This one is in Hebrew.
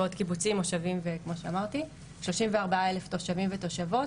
ועוד קיבוצים, מושבים, 24,000 תושבים ותושבות.